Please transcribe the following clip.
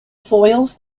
foils